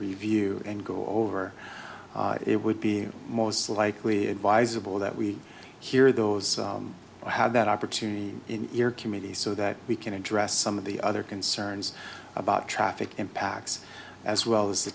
review and go over it would be most likely advisable that we hear those had that opportunity in your committee so that we can address some of the other concerns about traffic impacts as well as the